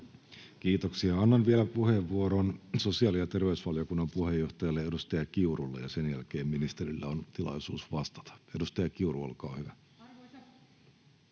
Kiitoksia. — Annan vielä puheenvuoron sosiaali‑ ja terveysvaliokunnan puheenjohtajalle, edustaja Kiurulle, ja sen jälkeen ministerillä on tilaisuus vastata. — Edustaja Kiuru, olkaa hyvä.